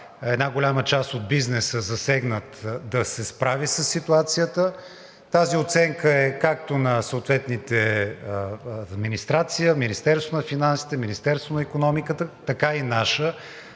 една голяма част от бизнеса – засегнат, да се справи със ситуацията. Тази оценка е както на съответните администрации, Министерството на финансите, Министерството на икономиката, така и наша,